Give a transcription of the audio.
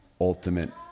ultimate